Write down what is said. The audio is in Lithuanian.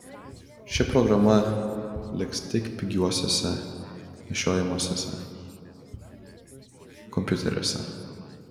ši programa liks tik pigiuosiuose nešiojamuosiuose kompiuteriuose